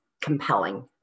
compelling